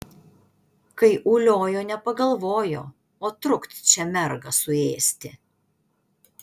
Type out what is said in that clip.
kai uliojo nepagalvojo o trukt čia mergą suėsti